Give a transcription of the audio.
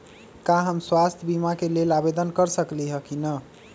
का हम स्वास्थ्य बीमा के लेल आवेदन कर सकली ह की न?